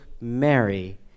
Mary